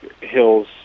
hills